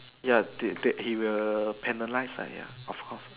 ya did that he will penalise ya of course